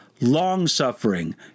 long-suffering